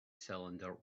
cylinder